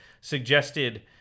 suggested